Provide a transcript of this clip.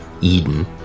Eden